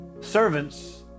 servants